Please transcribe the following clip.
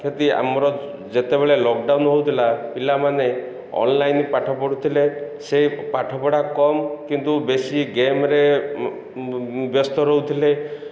କ୍ଷତି ଆମର ଯେତେବେଳେ ଲକଡାଉନ୍ ହେଉଥିଲା ପିଲାମାନେ ଅନଲାଇନ୍ ପାଠ ପଢ଼ୁଥିଲେ ସେ ପାଠପଢ଼ା କମ୍ କିନ୍ତୁ ବେଶୀ ଗେମ୍ରେ ବ୍ୟସ୍ତ ରହୁଥିଲେ